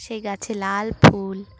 সেই গাছে লাল ফুল